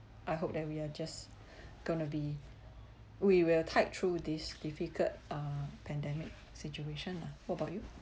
I hope that we're just gonna be we will tide through these difficult uh pandemic situation lah what about you